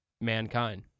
mankind